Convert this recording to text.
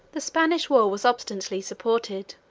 the spanish war was obstinately supported,